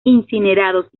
incinerados